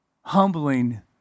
humbling